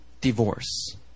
divorce